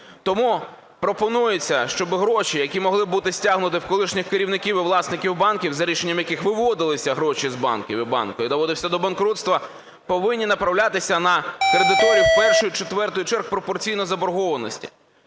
Тому пропонується, щоб гроші, які могли бути стягнуті в колишніх керівників і власників банків, за рішенням яких виводилися гроші з банків і банки доводилися до банкрутства, повинні направлятися на кредиторів першої-четвертої черг пропорційно заборгованості.